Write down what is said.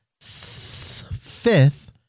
fifth